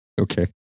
Okay